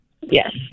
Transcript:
Yes